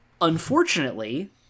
Unfortunately